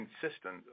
consistent